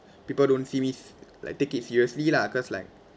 people don't see me s~ like take it seriously lah cause like